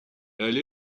elle